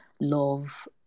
love